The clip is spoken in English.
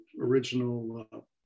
original